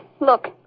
Look